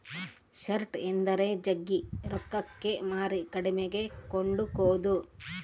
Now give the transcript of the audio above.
short ಎಂದರೆ ಜಗ್ಗಿ ರೊಕ್ಕಕ್ಕೆ ಮಾರಿ ಕಡಿಮೆಗೆ ಕೊಂಡುಕೊದು